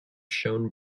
shone